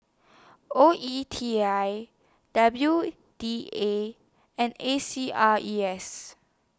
O E T I W D A and A C R E S